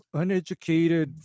uneducated